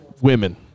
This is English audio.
women